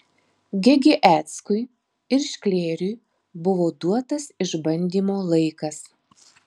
gegieckui ir šklėriui buvo duotas išbandymo laikas